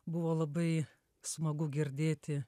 buvo labai smagu girdėti